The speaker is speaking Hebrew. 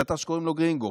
יש אתר שקוראים לו "גרינגו".